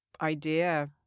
idea